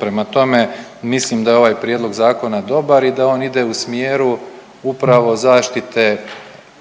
Prema tome, mislim da je ovaj prijedlog zakona dobar i da on ide u smjeru upravo zaštite